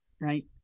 Right